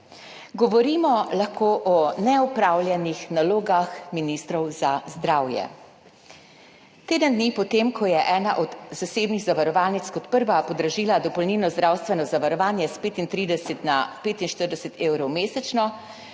Govorimo lahko o neopravljenih nalogah ministrov za zdravje. Teden dni po tem, ko je ena od zasebnih zavarovalnic kot prva podražila dopolnilno zdravstveno zavarovanje s 35 na 45 evrov mesečno,